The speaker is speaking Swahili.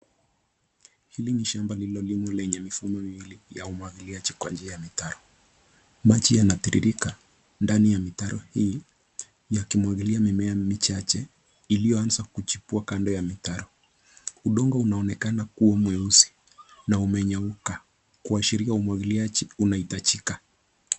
Hili ni shamba lililolimwa lenye mifumo miwili ya umwagiliaji kwa njia ya mitaro. Maji yanatiririka ndani ya mitaro hiiyakimwagilia mimea michache iliyoanza kuchipua kando ya mitaro. Udongo unaonekana kuwa mweusi na umenyauka kuashiria umwagiliaji uanhitajika.